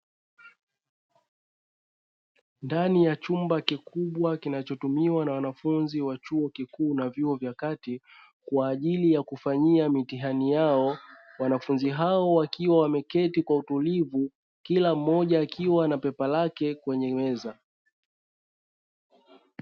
Ndani ya chumba kikubwa kinachotumiwa na wanafunzi wa chuo kikuu na vyuo vya kati; kwa ajili ya kufanyia mitihani yao, wanafunzi hao wakiwa wameketi kwa utulivu kila mmoja akiwa na "paper" lake kwenye meza.